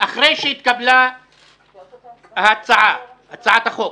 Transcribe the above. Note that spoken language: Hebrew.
אחרי שהתקבלה הצעת החוק